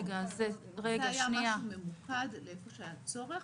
זה היה משהו ממוקד לאיפה שהיה צורך.